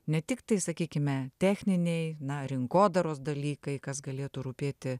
ne tiktai sakykime techniniai na rinkodaros dalykai kas galėtų rūpėti